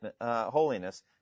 holiness